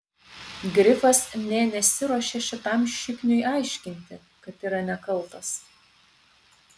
grifas nė nesiruošė šitam šikniui aiškinti kad yra nekaltas